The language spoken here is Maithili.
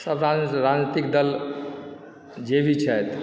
सब राजनितिक दल जे भी छथि